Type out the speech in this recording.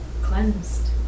cleansed